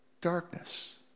darkness